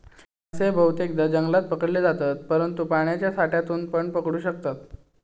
मासे बहुतेकदां जंगलात पकडले जातत, परंतु पाण्याच्या साठ्यातूनपण पकडू शकतत